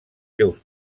seus